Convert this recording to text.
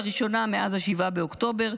לראשונה מאז 7 באוקטובר,